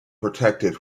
protected